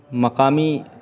مقامی